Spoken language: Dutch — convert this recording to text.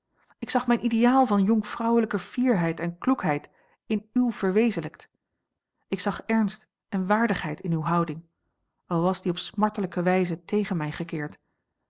ik zag mijn ideaal van jonkvrouwelijke fierheid en kloekheid in u verwezenlijkt ik zag ernst en waardigheid in uwe houding al was die op smartelijke wijze tegen mij gekeerd